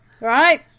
right